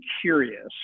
curious